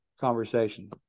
conversation